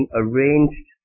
arranged